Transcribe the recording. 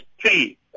three